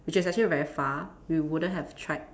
which is actually very far we wouldn't have tried